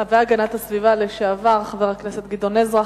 והגנת הסביבה לשעבר, חבר הכנסת גדעון עזרא.